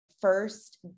first